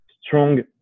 strong